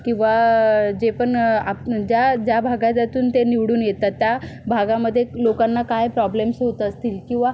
किंवा जे पण आपण ज्या ज्या भागातून ते निवडून येतात त्या भागामध्ये लोकांना काय प्रॉब्लेम्स होत असतील किंवा